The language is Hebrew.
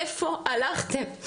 איפה הלכתם?